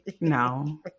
No